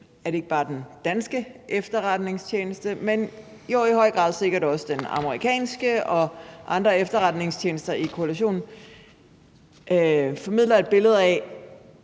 at ikke bare den danske efterretningstjeneste, men i høj grad sikkert også den amerikanske og andre efterretningstjenester i koalitionen formidlede et billede af,